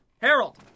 Harold